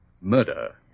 murder